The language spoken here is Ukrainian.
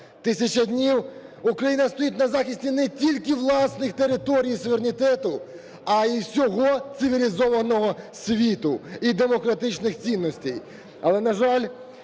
1000 днів Україна стоїть на захисті не тільки власних територій і суверенітету, а і всього цивілізованого світу і демократичних цінностей.